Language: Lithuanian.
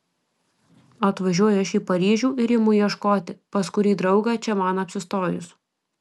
atvažiuoju aš į paryžių ir imu ieškoti pas kurį draugą čia man apsistojus